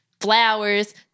Flowers